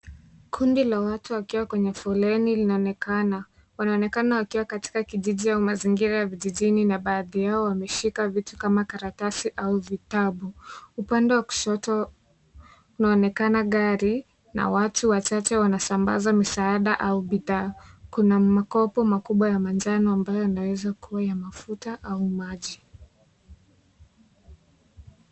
Kundi la watu, wakiwa kwenye foleni linaonekana. Wanaonekana wakiwa katika kijiji au mazingira ya vijijini ,na baadhi yao wameshika vitu kama vile kalatasi au vitabu. Upande wa kushoto, kunaonekana gari na watu wachache wanasambaza misaada au bidhaa. Kuna makobo makubwa ya manjano, ambayo yanaweza kuwa ya mafuta au maji.